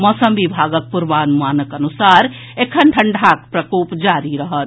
मौसम विभागक पूर्वानुमानक अनुसार एखन ठंढ़ाक प्रकोप जारी रहत